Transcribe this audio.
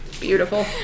beautiful